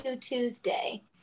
Tuesday